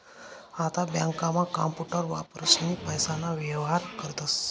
आता बँकांमा कांपूटर वापरीसनी पैसाना व्येहार करतस